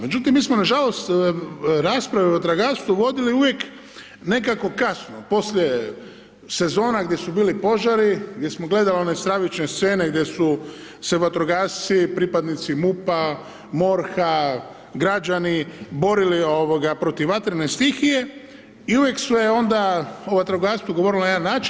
Međutim, mi smo nažalost, rasprave o vatrogastvu vodili uvijek, nekako kasno, poslije sezona gdje su bili požari, gdje smo gledali one stravične scene, gdje su se vatrogasci, pripadnici MUP-a, MORH-a građani borili protiv vatrene stihije i uvijek se je onda o vatrogastvu govorilo na jedan način.